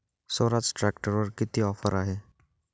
स्वराज ट्रॅक्टरवर किती ऑफर आहे?